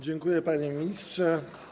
Dziękuję, panie ministrze.